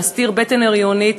להסתיר בטן הריונית,